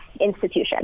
institution